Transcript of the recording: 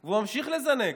והוא ממשיך לזנק.